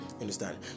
understand